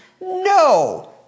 No